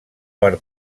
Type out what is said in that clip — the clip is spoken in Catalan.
per